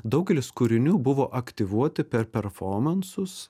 daugelis kūrinių buvo aktyvuoti per performansus